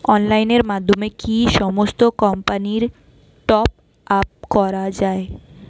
অনলাইনের মাধ্যমে কি সমস্ত কোম্পানির টপ আপ করা যায়?